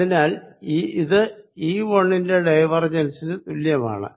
അതിനാൽ ഇത് E1 ന്റെ ഡൈവേർജൻസിന് തുല്യമാണ്